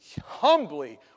humbly